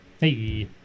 hey